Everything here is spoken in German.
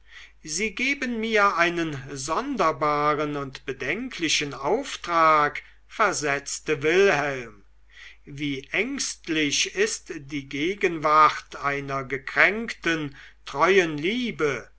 sie geben mir einen sonderbaren und bedenklichen auftrag versetzte wilhelm wie ängstlich ist die gegenwart einer gekränkten treuen liebe